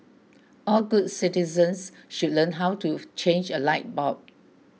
all good citizens should learn how to change a light bulb